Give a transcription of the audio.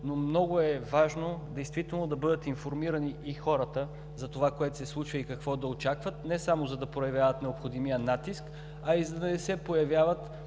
но много е важно действително да бъдат информирани и хората за това, което се случва и какво да очакват – не само за да проявяват необходимия натиск, а и за да не се появяват